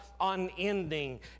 unending